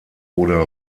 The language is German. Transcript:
oder